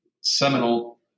seminal